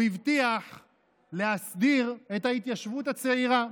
הוא הבטיח להסדיר את ההתיישבות הצעירה,